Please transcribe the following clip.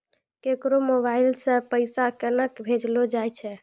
केकरो मोबाइल सऽ पैसा केनक भेजलो जाय छै?